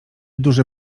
duży